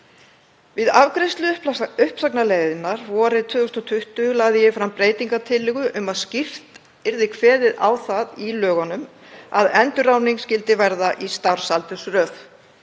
Við afgreiðslu uppsagnarleiðarinnar vorið 2020 lagði ég fram breytingartillögu um að skýrt yrði kveðið á um það í lögunum að endurráðning skyldi verða í starfsaldursröð.